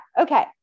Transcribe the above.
okay